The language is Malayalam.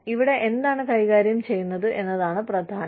ഇവിടെ എന്താണ് കൈകാര്യം ചെയ്യുന്നത് എന്നതാണ് ഇവിടെ പ്രധാനം